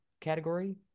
category